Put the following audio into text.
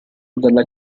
dalla